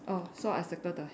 orh so I circle the head